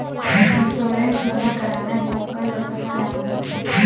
Insurance मोला कराना हे ओकर बार कहा जाना होही?